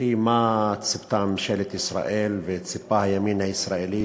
וכי מה ציפתה ממשלת ישראל וציפה הימין הישראלי,